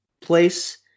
place